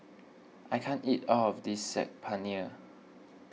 I can't eat all of this Saag Paneer